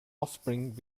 offspring